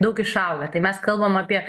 daug išaugę tai mes kalbam apie